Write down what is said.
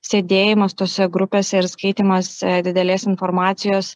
sėdėjimas tose grupėse ir skaitymas didelės informacijos